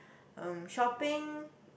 um shopping